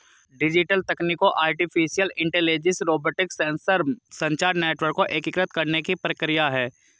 digital तकनीकों artificial intelligence, robotics, sensor, संचार network को एकीकृत करने की प्रक्रिया है